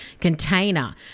container